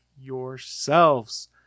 yourselves